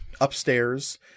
upstairs